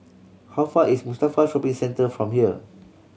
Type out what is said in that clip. how far away is Mustafa Shopping Centre from here